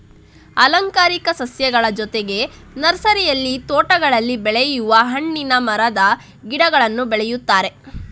ಅಲಂಕಾರಿಕ ಸಸ್ಯಗಳ ಜೊತೆಗೆ ನರ್ಸರಿಯಲ್ಲಿ ತೋಟಗಳಲ್ಲಿ ಬೆಳೆಯುವ ಹಣ್ಣಿನ ಮರದ ಗಿಡಗಳನ್ನೂ ಬೆಳೆಯುತ್ತಾರೆ